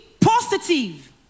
positive